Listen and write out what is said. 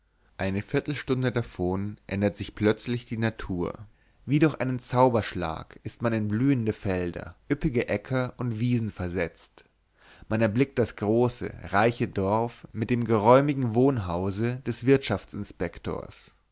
eine viertelstunde davon ändert sich plötzlich die natur wie durch einen zauberschlag ist man in blühende felder üppige äcker und wiesen versetzt man erblickt das große reiche dorf mit dem geräumigen wohnhause des